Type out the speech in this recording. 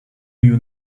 you